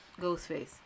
Ghostface